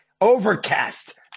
overcast